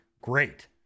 Great